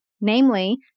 namely